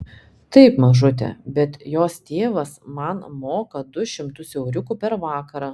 taip mažute bet jos tėvas man moka du šimtus euriukų per vakarą